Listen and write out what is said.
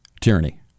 Tyranny